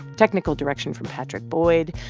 technical direction from patrick boyd.